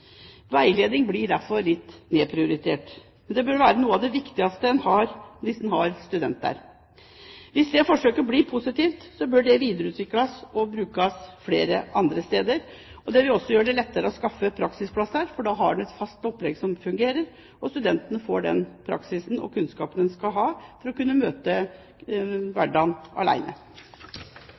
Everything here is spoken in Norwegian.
Veiledning blir derfor litt nedprioritert. Det burde være noe av det viktigste en gjør hvis man har studenter. Hvis dette forsøket blir positivt, bør det videreutvikles og brukes andre steder. Det vil også gjøre det lettere å skaffe praksisplasser, for da har man et fast opplegg som fungerer, og studentene får den praksisen og kunnskapen de skal ha for å kunne møte hverdagen